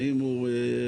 האם הוא חוקי?